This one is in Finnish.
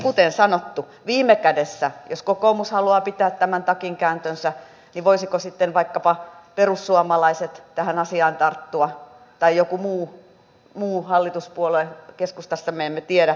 kuten sanottu viime kädessä jos kokoomus haluaa pitää tämän takinkääntönsä voisivatko sitten vaikkapa perussuomalaiset tähän asiaan tarttua tai joku muu hallituspuolue keskustasta me emme tiedä